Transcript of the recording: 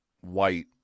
white